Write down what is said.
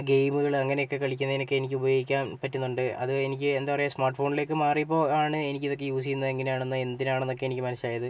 ഗെയിമുകൾ അങ്ങനെയൊക്കെ കളിക്കുന്നതിനൊക്കെ എനിക്ക് ഉപയോഗിക്കാൻ പറ്റുന്നുണ്ട് അതെനിക്ക് എന്താണ് പറയുക സ്മാർട്ട് ഫോണിലേക്ക് മാറിയപ്പോൾ ആണ് എനിക്ക് ഇതൊക്കെ യൂസ് ചെയ്യുന്നത് എങ്ങനെയാണെന്നും എന്തിനാണെന്നും ഒക്കെ എനിക്ക് മനസ്സിലായത്